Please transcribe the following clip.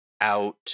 out